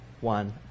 one